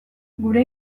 gure